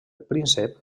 príncep